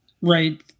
right